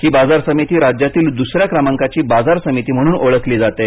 ही बाजार समिती राज्यातील द्सऱ्या क्रमाकांची बाजार समिती म्हणून ओळखली जाते